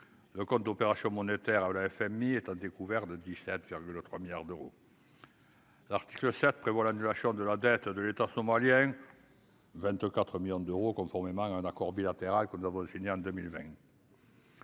le compte d'opérations monétaires, le FMI est à découvert le dix-sept faire de 3 milliards d'euros. L'article 7 prévoit l'annulation de la dette de l'État somalien 24 millions d'euros, conformément à un accord bilatéral que nous avons signé en 2020.